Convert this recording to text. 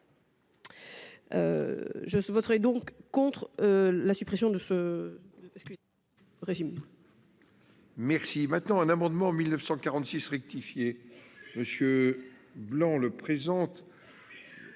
Je voterai donc contre la suppression de ce régime.